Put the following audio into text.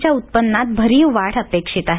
च्या उत्पन्नात भरीव वाढ अपेक्षित आहे